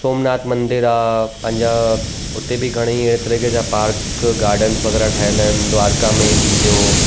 सौमनाथ मंदरु आहे पंहिंजा उते बि घणेई तरीक़े जा पार्क गार्डन्स वग़ैरह ठहियलु आहिनि द्वारका में थी वियो